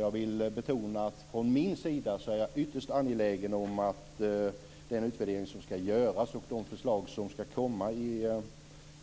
Jag vill betona att jag är ytterst angelägen om att utvärderingen görs skyndsamt och att